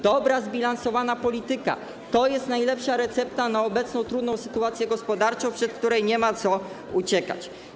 Dobra zbilansowana polityka - to jest najlepsza recepta na obecną trudną sytuację gospodarczą, przed którą nie ma co uciekać.